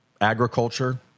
agriculture